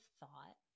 thought